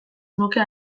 nuke